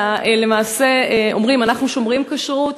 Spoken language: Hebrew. אלא למעשה אומרים: אנחנו שומרים כשרות,